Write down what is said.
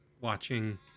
watching